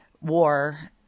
war